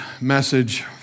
message